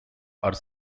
are